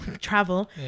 travel